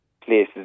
places